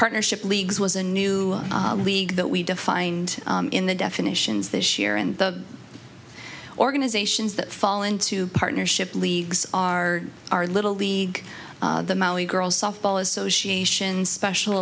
partnership leagues was a new league that we defined in the definitions this year and the organizations that fall into partnership leagues are our little league the molly girls softball association's special